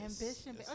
Ambition